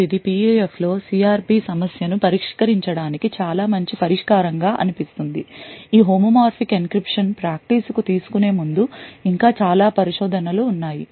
ఇప్పుడు ఇది PUFలో CRP సమస్యను పరిష్కరించడానికి చాలా మంచి పరిష్కారం గా అనిపిస్తుంది ఈ హోమోమోర్ఫిక్ encryption ప్రాక్టీస్కు తీసుకునే ముందు ఇంకా చాలా పరిశోధనలు ఉన్నాయి